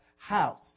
house